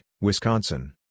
Wisconsin